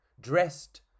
dressed